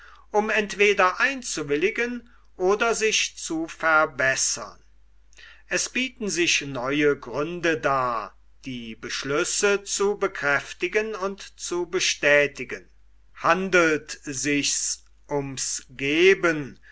um entweder einzuwilligen oder sich zu verbessern es bieten sich neue gründe dar die beschlüsse zu bekräftigen und zu bestätigen handelt sich's um's geben